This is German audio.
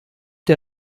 der